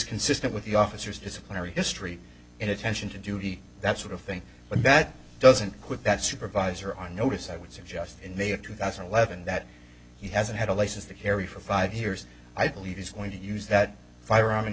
consistent with the officers disciplinary history and attention to duty that's sort of thing but that doesn't quit that supervisor i notice i would suggest in may of two thousand and eleven that he hasn't had a license to carry for five years i believe he's going to use that firearm in